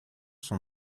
son